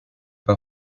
pas